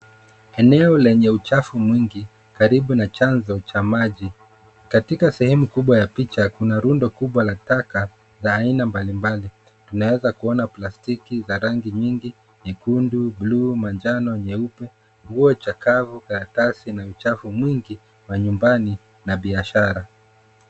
Eneo lenye uchafu mwingi, karibu na chanzo cha maji. Katika sehemu kubwa ya picha kuna rundo kubwa la taka la aina mbalimbali. Tunaeza kuona plastiki za rangi nyingi nyekundu, buluu, manjano, nyeupe, nguo chakafu, karatasi na uchafu mwingi wa nyumbani na biashara.